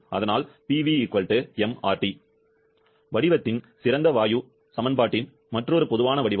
அதனால் PV mRT வடிவத்தின் சிறந்த வாயு சமன்பாட்டின் மற்றொரு பொதுவான வடிவம்